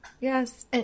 Yes